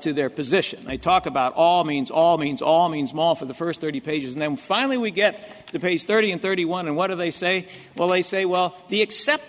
to their position i talk about all means all means all means small for the first thirty pages and then finally we get to page thirty and thirty one one and they say well they say well the accept